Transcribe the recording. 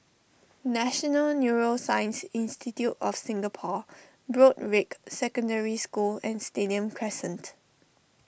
National Neuroscience Institute of Singapore Broadrick Secondary School and Stadium Crescent